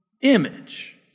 Image